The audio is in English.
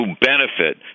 benefit